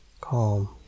calm